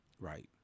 Right